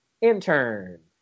intern